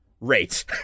rate